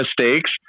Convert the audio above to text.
mistakes